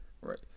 right